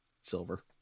Silver